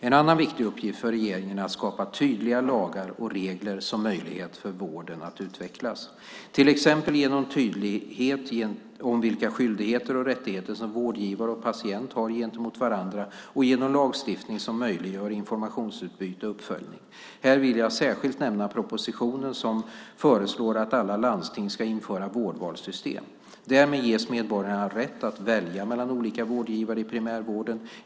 En annan viktig uppgift för regeringen är att skapa tydliga lagar och regler som möjliggör för vården att utvecklas, till exempel genom tydlighet om vilka skyldigheter och rättigheter som vårdgivare och patient har gentemot varandra och genom lagstiftning som möjliggör informationsutbyte och uppföljning. Här vill jag särskilt nämna propositionen där alla landsting föreslås införa vårdvalssystem. Därmed ges medborgarna rätt att välja mellan olika vårdgivare i primärvården.